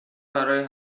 برای